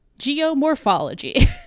Geomorphology